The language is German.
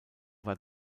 war